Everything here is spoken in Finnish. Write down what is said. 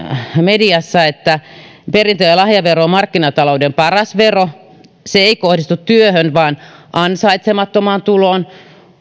mediassa että perintö ja lahjavero on markkinatalouden paras vero koska se ei kohdistu työhön vaan ansaitsemattomaan tuloon